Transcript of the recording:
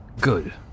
Good